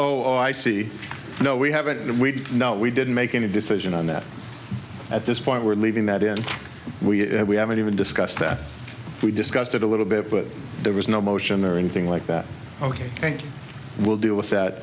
oh i see no we haven't and we know we didn't make any decision on that at this point we're leaving that in we we haven't even discussed that we discussed it a little bit but there was no motion or anything like that ok and we'll deal with that